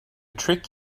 trick